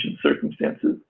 circumstances